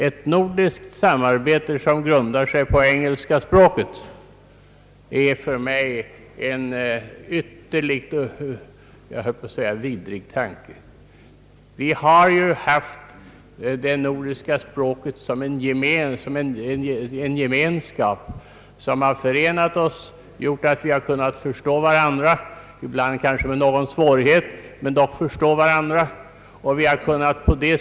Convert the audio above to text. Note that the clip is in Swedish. Ett nordiskt samarbete som grundar sig på engelska språket är för mig en ytterligt, jag höll på att säga vidrig, tanke. Vi har ju haft det nordiska språket såsom en gemenskap som har förenat oss och gjort att vi har kunnat förstå varandra, även om det ibland kanske har skett med någon svårighet.